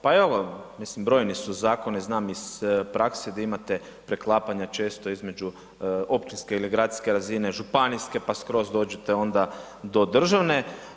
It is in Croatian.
Pa evo, mislim brojni su zakoni znam iz prakse gdje imate preklapanja često između općinske ili gradske razine, županijske pa skroz dođite onda do državne.